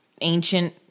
ancient